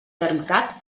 termcat